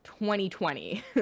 2020